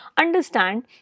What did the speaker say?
understand